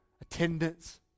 attendance